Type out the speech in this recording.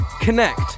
connect